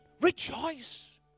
Rejoice